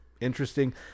interesting